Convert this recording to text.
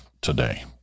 today